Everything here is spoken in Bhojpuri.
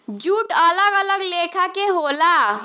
जूट अलग अलग लेखा के होला